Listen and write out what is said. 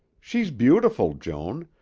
she's beautiful, joan,